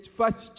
first